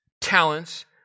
talents